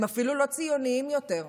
הם אפילו לא ציונים יותר,